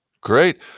Great